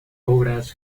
obras